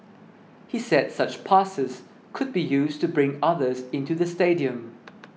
he said such passes could be used to bring others into the stadium